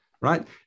Right